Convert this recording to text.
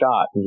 shot